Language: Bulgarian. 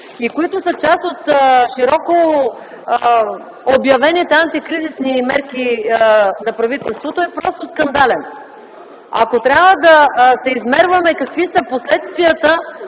и част от широко обявените антикризисни мерки на правителството, е просто скандален. Ако трябва да съизмерваме какви са последствията